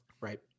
Right